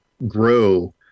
grow